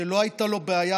שלא הייתה לו בעיה,